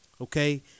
okay